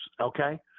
okay